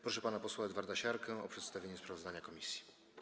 Proszę pana posła Edwarda Siarkę o przedstawienie sprawozdania komisji.